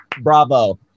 bravo